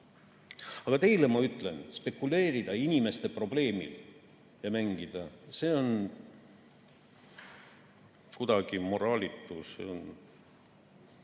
Aga teile ma ütlen, spekuleerida inimeste probleemidega ja [nendega] mängida, see on kuidagi moraalitu.